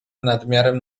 nadmiarem